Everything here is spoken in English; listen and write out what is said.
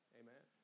amen